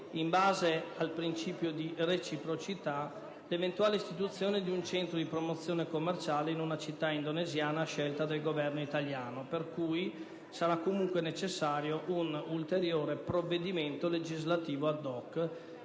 in base al principio di reciprocità, l'eventuale istituzione di un centro di promozione commerciale in una città indonesiana a scelta del Governo italiano, per cui sarà comunque necessario un ulteriore provvedimento legislativo *ad hoc*,